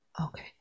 Okay